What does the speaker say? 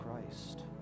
Christ